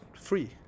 free